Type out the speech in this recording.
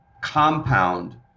compound